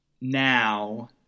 now